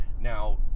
Now